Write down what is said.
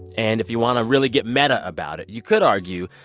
and if you want to really get meta about it, you could argue,